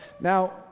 Now